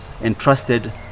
entrusted